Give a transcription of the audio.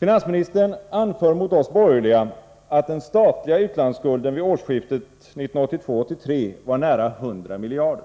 Finansministern anför mot oss borgerliga att den statliga utlandsskulden vid årsskiftet 1982-1983 var nära 100 miljarder.